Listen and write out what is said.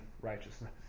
righteousness